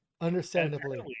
understandably